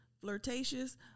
flirtatious